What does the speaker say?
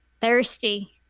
thirsty